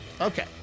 Okay